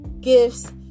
gifts